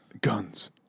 Guns